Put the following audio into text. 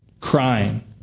crying